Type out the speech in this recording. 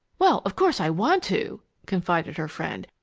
well, of course i want to, confided her friend.